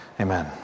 Amen